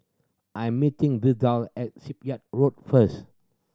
I am meeting Vidal at Shipyard Road first